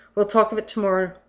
we'll talk of it to-morrow.